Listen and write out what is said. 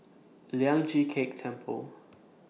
Lian Chee Kek Temple